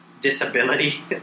disability